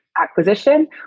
acquisition